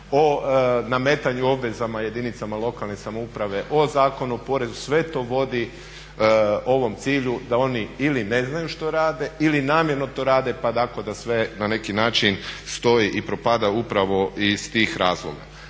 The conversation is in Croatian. o nametanju obvezama jedinicama lokalne samouprave, o Zakonu o porezu, sve to vodi ovom cilju da oni ili ne znaju što rade ili namjerno to rade, pa tako da sve na neki način stoji i propada upravo iz tih razloga.